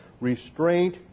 restraint